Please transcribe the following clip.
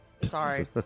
sorry